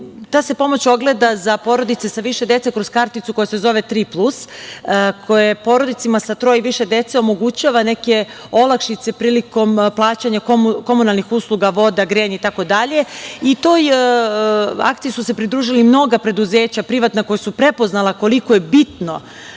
ta se pomoć ogleda za porodice sa više dece kroz karticu koja se zove „Tri plus“, koja porodicama sa troje i više dece omogućava olakšice prilikom plaćanja komunalnih usluga, voda, grejanje itd. Toj akciji su se pridružila mnoga preduzeća privatna koja su prepoznala koliko je bitno